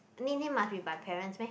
need need must be by parents meh